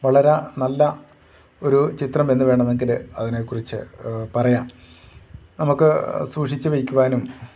വളരെ നല്ല ഒരു ചിത്രമെന്നു വേണമെങ്കിൽ അതിനെക്കുറിച്ച് പറയാം നമുക്ക് സൂക്ഷിച്ചു വയ്ക്കുവാനും